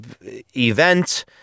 event